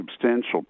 substantial